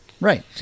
Right